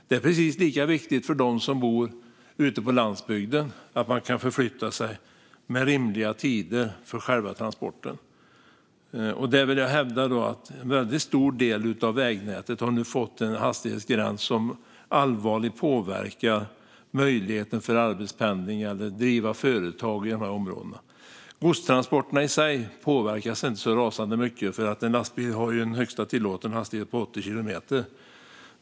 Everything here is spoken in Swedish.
Det är precis lika viktigt för dem som bor ute på landsbygden att kunna förflytta sig så att själva transporten sker inom rimliga tider. Jag hävdar att en stor del av vägnätet nu har fått en hastighetsgräns som allvarligt påverkar möjligheten för arbetspendling eller för att driva företag i dessa områden. Godstransporterna i sig påverkas inte rasande mycket eftersom en lastbil har en högsta tillåten hastighet på 80 kilometer.